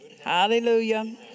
Hallelujah